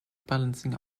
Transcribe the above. balancing